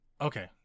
Okay